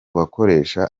bakoresha